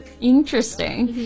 Interesting